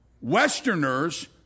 westerners